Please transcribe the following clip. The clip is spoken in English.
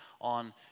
on